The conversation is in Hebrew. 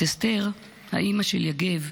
את אסתר, אימא של יגב,